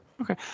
Okay